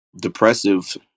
depressive